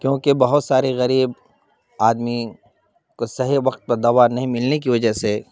کیونکہ بہت سارے غریب آدمی کو صحیح وقت پر دوا نہیں ملنے کی وجہ سے